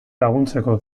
laguntzeko